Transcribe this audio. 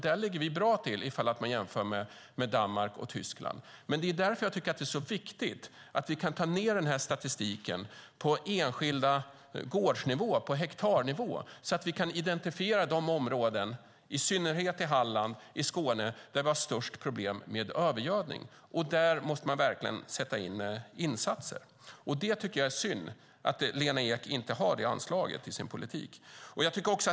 Där ligger vi bra till om man jämför med Danmark och Tyskland. Därför tycker jag att det är så viktigt att vi tar ned statistiken på enskild gårds nivå, på hektarnivå, så att vi kan identifiera de områden, i synnerhet i Halland och Skåne, där vi har störst problem med övergödning. Där måste man verkligen sätta in insatser. Jag tycker att det är synd att Lena Ek inte har det anslaget i sin politik.